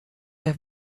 have